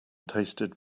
tasted